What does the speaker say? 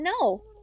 No